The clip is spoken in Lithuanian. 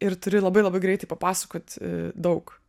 ir turi labai labai greitai papasakoti daug